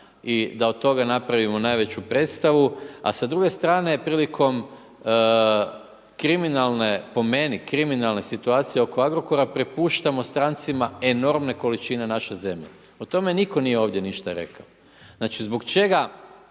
i da od toga napravimo najveću predstavu. A s druge strane, prilikom kriminalne, po meni, kriminalne situacije oko Agrokora, prepuštamo strancima enormne količine naše zemlje. O tome nitko nije ovdje ništa rekao. Znači zbog čega